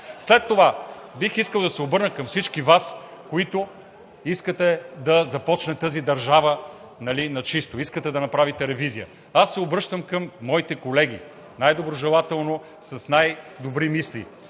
След това бих искал да се обърна към всички Вас, които искате тази държава да започне на чисто, искате да направите ревизия. Аз се обръщам към моите колеги най-доброжелателно, с най-добри мисли